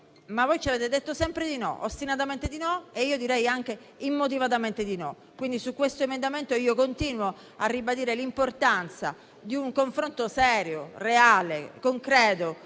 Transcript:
Voi ci avete detto sempre di no, ostinatamente di no e io direi anche immotivatamente di no. Su questo emendamento continuo a ribadire l'importanza di un confronto serio, reale e concreto